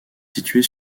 située